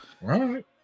Right